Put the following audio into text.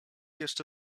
jeszcze